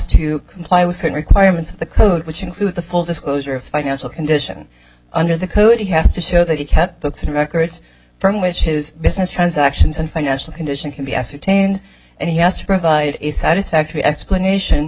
to comply with certain requirements of the code which include the full disclosure of financial condition under the code he has to show that he had books and records from which his business transactions and financial condition can be ascertained and he has to provide a satisfactory explanation